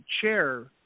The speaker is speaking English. chair